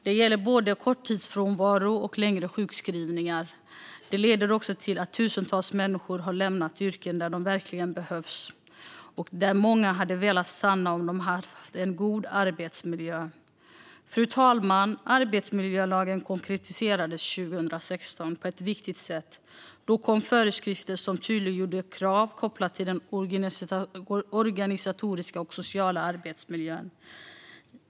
Det gäller både korttidsfrånvaro och längre sjukskrivningar. Detta har också lett till att tusentals människor har lämnat yrken där de verkligen behövs. Många hade velat stanna om de hade haft en god arbetsmiljö. Fru talman! Arbetsmiljölagen konkretiserades på ett viktigt sätt 2016. Då kom föreskrifter som tydliggjorde krav kopplat till den organisatoriska och sociala arbetsmiljön.